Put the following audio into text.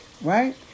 right